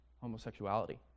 homosexuality